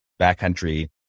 backcountry